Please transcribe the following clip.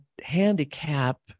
handicap